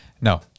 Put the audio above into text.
No